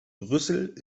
brüssel